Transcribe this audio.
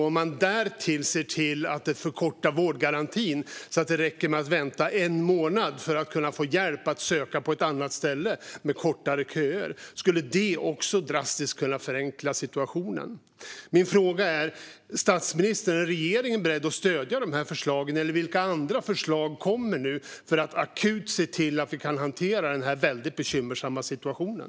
Om vi därtill förkortar tiden för vårdgarantin så att det räcker med att vänta en månad för att kunna få hjälp att söka på ett annat ställe med kortare köer skulle även det drastiskt kunna förenkla situationen. Min fråga till statsministern är: Är regeringen beredd att stödja de här förslagen, eller vilka andra förslag kommer nu för att akut se till att vi kan hantera den här väldigt bekymmersamma situationen?